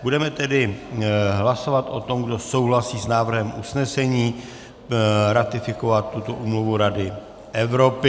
Budeme tedy hlasovat o tom, kdo souhlasí s návrhem usnesení ratifikovat tuto úmluvu Rady Evropy.